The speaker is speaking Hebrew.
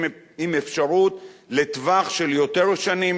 עם אפשרות לטווח של יותר שנים,